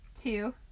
Two